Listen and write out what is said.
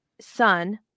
son